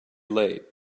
late